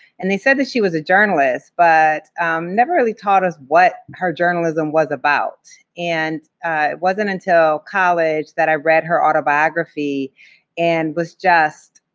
and they said that she was a journalist, but never really taught us what her journalism was about. and it wasn't until college that i read her autobiography and was just